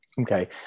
Okay